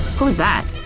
what was that?